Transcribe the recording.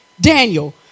Daniel